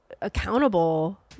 accountable